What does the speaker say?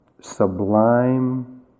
sublime